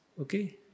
Okay